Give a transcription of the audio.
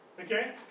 Okay